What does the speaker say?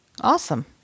Awesome